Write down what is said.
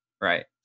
Right